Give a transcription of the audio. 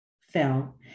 fell